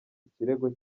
ikirego